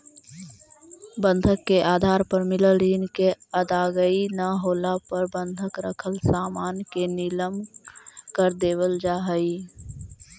बंधक के आधार पर मिलल ऋण के अदायगी न होला पर बंधक रखल सामान के नीलम कर देवल जा हई